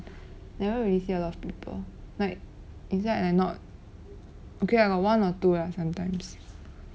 never really see a lot of people like is there or not okay lah got one or two lah sometimes